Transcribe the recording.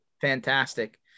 Fantastic